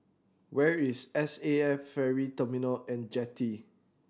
where is S A F Ferry Terminal And Jetty